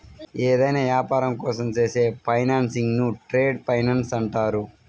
ఏదైనా యాపారం కోసం చేసే ఫైనాన్సింగ్ను ట్రేడ్ ఫైనాన్స్ అంటారు